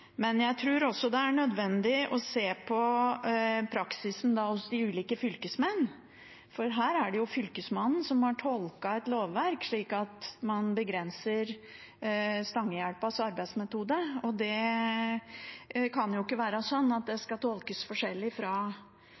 Jeg tror også det er nødvendig å se på praksisen hos de ulike fylkesmennene, for her er det jo Fylkesmannen som har tolket et lovverk slik at man begrenser Stangehjelpas arbeidsmetode. Det kan jo ikke være slik at det skal tolkes forskjellig fra